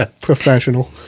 Professional